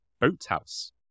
boathouse